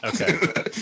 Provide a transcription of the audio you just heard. Okay